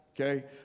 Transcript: okay